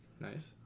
nice